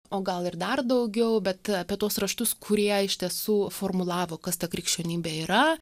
o gal ir dar daugiau bet apie tuos raštus kurie iš tiesų formulavo kas ta krikščionybė yra